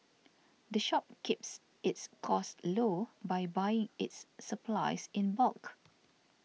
the shop keeps its costs low by buying its supplies in bulk